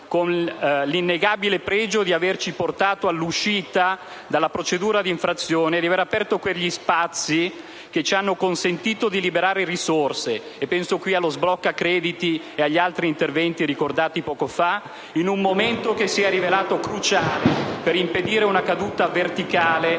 con l'innegabile pregio di averci portato all'uscita dalla procedura di infrazione e di aver aperto quegli spazi che ci hanno consentito di liberare risorse (penso allo sblocca-crediti e agli altri interventi ricordati poco fa), in un momento che si è rivelato cruciale per impedire una caduta verticale